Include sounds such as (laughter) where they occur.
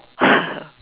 (laughs)